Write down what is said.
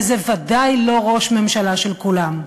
וזה ודאי לא ראש ממשלה של כולם.